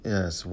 Yes